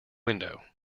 window